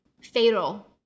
fatal